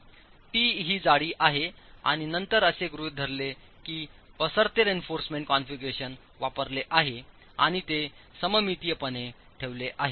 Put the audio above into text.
T ही जाडी आहे आणि नंतर असे गृहीत धरले की पसरते रेइन्फॉर्समेंट कॉन्फिगरेशन वापरले आहे आणि ते सममितीयपणे ठेवले आहे